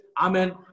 Amen